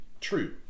true